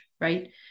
right